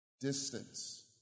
distance